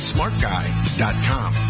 Smartguy.com